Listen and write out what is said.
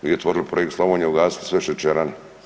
Vi otvorili projekt Slavonija i ugasili sve šećerane.